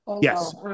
Yes